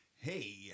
hey